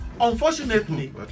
unfortunately